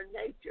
nature